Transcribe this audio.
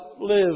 live